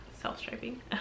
self-striping